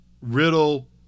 Riddle